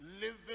Living